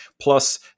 Plus